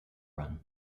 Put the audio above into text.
run